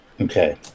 Okay